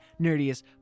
Nerdiest